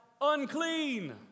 unclean